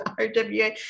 RWA